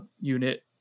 unit